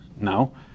No